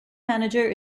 manager